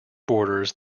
boundaries